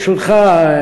ברשותך,